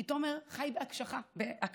כי תומר חי בהכחשה,